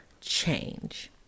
change